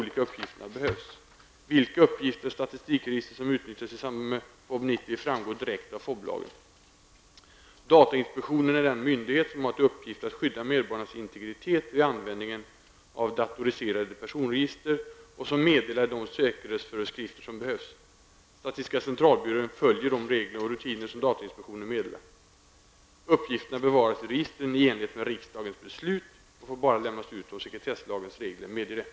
I lagmotiven Datainspektionen är den myndighet som har till uppgift att skydda medborgarnas integritet vid användningen av datoriserade personregister och som meddelar de säkerhetsföreskrifter som behövs. Statistiska centralbyrån följer de regler och rutiner som datainspektionen meddelar. Uppgifterna bevaras i registren i enlighet med riksdagens beslut och får bara lämnas ut om sekretesslagens regler medger det.